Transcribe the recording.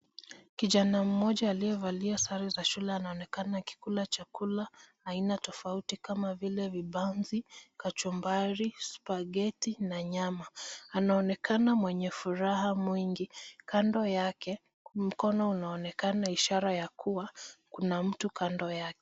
Kijana mmoja aliyevalia sare za shule anaonekana akikula chakula aina tofauti kama vile vibanzi, kachumbari spaghetti na nyama. Anaonekana mwenye furaha mwingi. Kando yake, mkono unaonekana ishara ya kuwa kuna mtu kando yake.